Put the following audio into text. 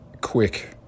quick